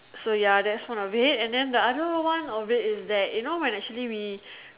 so ya that's one if then the other one of it is that you know when actually we